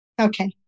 Okay